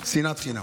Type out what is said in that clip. שנאת חינם.